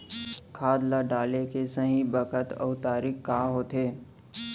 खाद ल डाले के सही बखत अऊ तरीका का होथे?